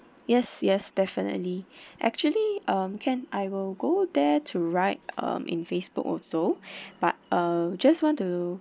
yes yes definitely actually um can I will go there to write um in Facebook also but uh just want to